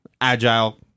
agile